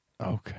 Okay